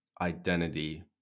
identity